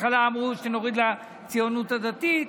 בהתחלה שנוריד לציונות הדתית.